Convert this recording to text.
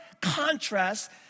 contrast